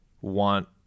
want